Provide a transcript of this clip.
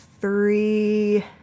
three